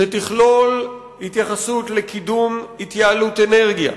שתכלול התייחסות לקידום התייעלות באנרגיה,